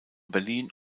berlin